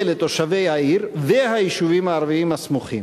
לתושבי העיר והיישובים הערביים הסמוכים.